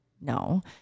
no